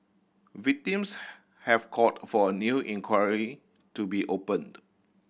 victims have called for a new inquiry to be opened